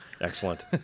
excellent